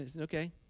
Okay